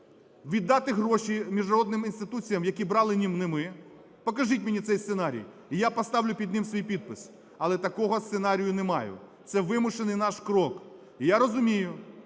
віддати гроші міжнародним інституціям, які брали не ми. Покажіть мені цей сценарій і я поставлю під ним свій підпис. Але такого сценарію немає. Це вимушений наш крок. І я розумію,